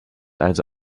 also